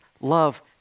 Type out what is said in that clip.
love